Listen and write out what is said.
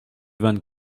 vingt